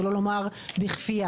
שלא לומר בכפיה,